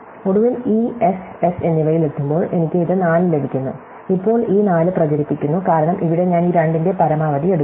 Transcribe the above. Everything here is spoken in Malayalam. ഒടുവിൽ ഈ എസ് എസ് എന്നിവയിൽ എത്തുമ്പോൾ എനിക്ക് ഇത് 4 ലഭിക്കുന്നു ഇപ്പോൾ ഈ 4 പ്രചരിപ്പിക്കുന്നു കാരണം ഇവിടെ ഞാൻ ഈ 2 ന്റെ പരമാവധി എടുക്കുന്നു